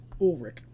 Ulrich